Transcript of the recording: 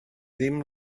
ddim